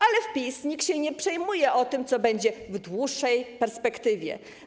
Ale w PiS nikt się nie przejmuje tym, co będzie w dłuższej perspektywie.